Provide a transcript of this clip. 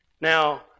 Now